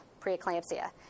preeclampsia